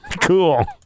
Cool